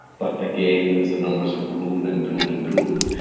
but again, as the numbers have grown and grown and grown,